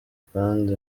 kandi